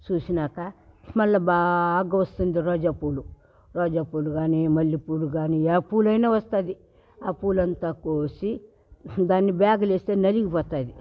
చేసినాక మళ్ళా బాగా పూస్తుంది రోజా పూలు రోజా పూలు కానీ మల్లె పూలు కానీ ఏ పూలైనా వస్తాది ఆ పూలన్నీ కోసి దాన్ని బ్యాగ్లో వేస్తే నలిగిపోతాయి